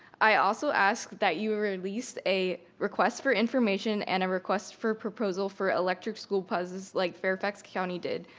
i also ask that you release a request for information and a request for proposal for electric school buses, like fairfax county did,